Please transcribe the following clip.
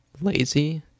lazy